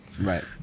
Right